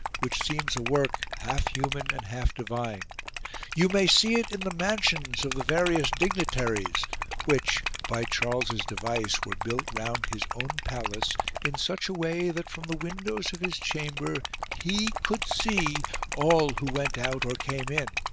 which seems a work half human and half divine you may see it in the mansions of the various dignitaries which, by charles's device, were built round his own palace in such a way that from the windows of his chamber he could see all who went out or came in,